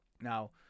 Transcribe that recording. Now